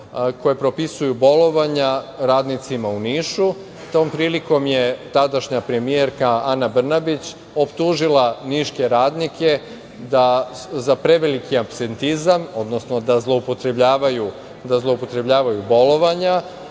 koje propisuju bolovanja radnicima u Nišu, i tom prilikom je tadašnja premijerka Ana Brnabić optužila niške radnike za preveliki apstentizam, odnosno da zloupotrebljavaju bolovanja,